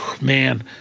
man